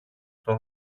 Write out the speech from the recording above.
στο